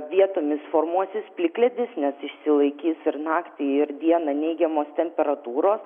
vietomis formuosis plikledis nes išsilaikys ir naktį ir dieną neigiamos temperatūros